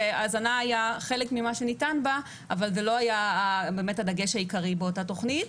שההזנה הייתה חלק ממה שניתן אבל זה לא היה הדגש העיקרי באותה תכנית.